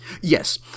Yes